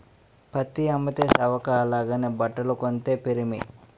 పత్తి అమ్మితే సవక అలాగని బట్టలు కొంతే పిరిమి